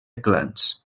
clans